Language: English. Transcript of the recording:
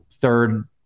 third